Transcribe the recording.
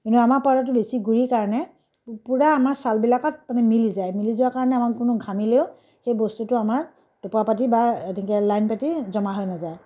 কিন্তু আমাৰ পাউডাৰটো বেছি গুড়ি কাৰণে পূৰা আমাৰ চালবিলাকত মানে মিলি যায় মিলি যোৱা কাৰণে আমাৰ কোনো ঘামিলেও সেই বস্তুটো আমাৰ থোপা পাতি বা এনেকৈ লাইন পাতি জমা হৈ নেযায়